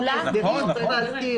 כן, נכון, נכון.